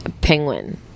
penguin